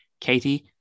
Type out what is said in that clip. Katie